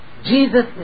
Jesus